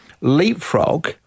leapfrog